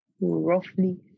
roughly